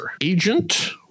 agent